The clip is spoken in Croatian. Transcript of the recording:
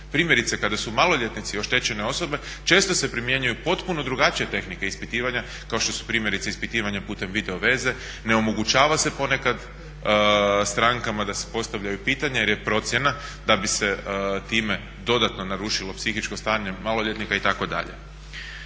Primjerice kada su maloljetnici oštećene osobe često se primjenjuju potpuno drugačije tehnike ispitivanja kao što su primjerice ispitivanja putem video veze, ne omogućava se ponekad strankama da se postavljaju pitanja jer je procjena da bi se time dodatno narušilo psihičko stanje maloljetnika itd..